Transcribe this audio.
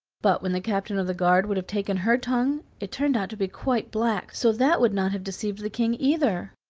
but when the captain of the guard would have taken her tongue it turned out to be quite black, so that would not have deceived the king either.